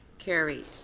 carried.